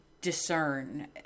discern